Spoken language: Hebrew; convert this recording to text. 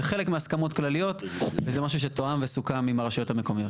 זה חלק מהסכמות כלליות וזה משהו שתואם וסוכם עם הרשויות המקומיות.